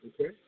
okay